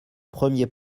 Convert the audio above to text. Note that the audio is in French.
premier